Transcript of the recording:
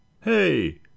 Hey